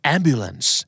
Ambulance